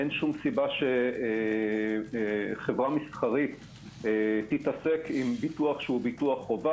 אין שום סיבה שחברה מסחרית תתעסק עם ביטוח חובה,